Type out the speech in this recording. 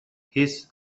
هیس